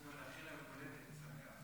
נאחל לה יום הולדת שמח.